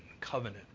covenant